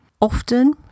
Often